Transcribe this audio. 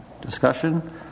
Discussion